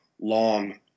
long